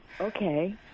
okay